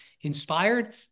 inspired